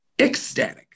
Ecstatic